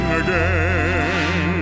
again